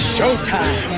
Showtime